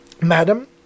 Madam